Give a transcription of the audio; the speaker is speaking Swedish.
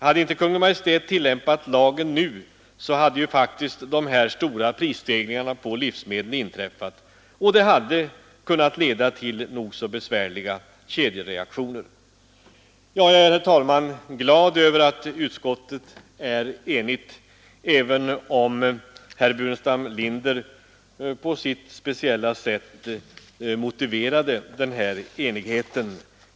Hade inte Kungl. Maj:t tillämpat lagen nu, hade ju faktiskt dessa stora prisstegringar på livsmedel inträffat, och detta hade kunnat leda till nog så besvärliga kedjereaktioner. Jag är, herr talman, glad över att utskottet är enigt, även om herr Burenstam Linder på sitt speciella sätt motiverade den här enigheten.